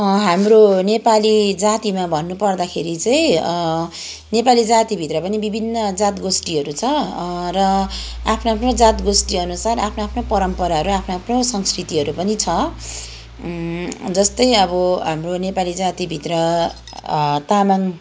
हाम्रो नेपाली जातिमा भन्नुपर्दाखेरि चाहिँ नेपाली जातिभित्र पनि विभिन्न जात गोष्ठीहरू छ र आफ्नो आफ्नो जात गोष्ठीहरू अनुसार आफ्नो आफ्नो परम्पराहरू आफ्नो आफ्नो संस्कृतिहरू पनि छ जस्तै अब हाम्रो नेपाली जातिभित्र तामाङ